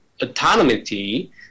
autonomy